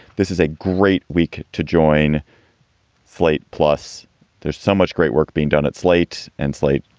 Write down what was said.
this is a great week to join slate plus there's so much great work being done at slate. and slate,